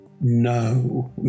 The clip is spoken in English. no